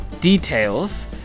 details